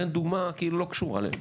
אני אתן דוגמה כאילו לא קשורה לזה,